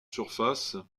surface